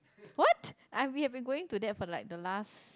what I we have been going to that for like the last